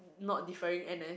not deferring N_S